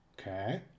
Okay